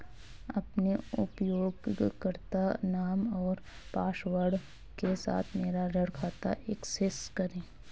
अपने उपयोगकर्ता नाम और पासवर्ड के साथ मेरा ऋण खाता एक्सेस करें